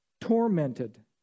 tormented